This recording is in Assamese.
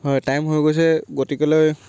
হয় টাইম হৈ গৈছে গতিকেলৈ